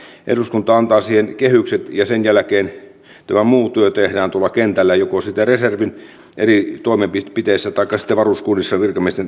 eduskunta antaa siihen kehykset ja sen jälkeen tämä muu työ tehdään tuolla kentällä joko reservin eri toimenpiteissä tai sitten varuskunnissa